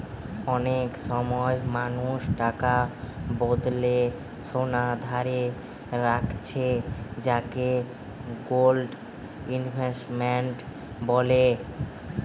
অনেক সময় মানুষ টাকার বদলে সোনা ধারে রাখছে যাকে গোল্ড ইনভেস্টমেন্ট বলে